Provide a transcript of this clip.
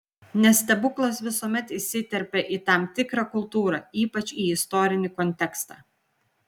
nes stebuklas visuomet įsiterpia į tam tikrą kultūrą ypač į istorinį kontekstą